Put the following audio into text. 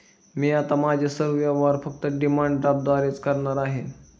मी आता माझे सर्व व्यवहार फक्त डिमांड ड्राफ्टद्वारेच करणार आहे